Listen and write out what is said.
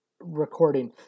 recording